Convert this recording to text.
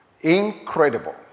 incredible